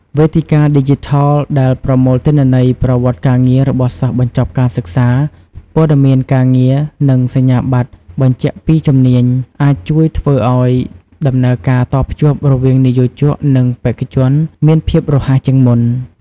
វេទិកាឌីជីថលដែលប្រមូលទិន្នន័យប្រវត្តិការងាររបស់សិស្សបញ្ចប់ការសិក្សា ព័ត៌មានការងារ និងសញ្ញាប័ត្របញ្ជាក់ពីជំនាញ អាចជួយធ្វើឲ្យដំណើរការតភ្ជាប់រវាងនិយោជកនិងបេក្ខជនមានភាពរហ័សជាងមុន។